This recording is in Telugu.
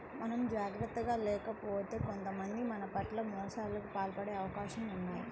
మనం జాగర్తగా లేకపోతే కొంతమంది మన పట్ల మోసాలకు పాల్పడే అవకాశాలు ఉన్నయ్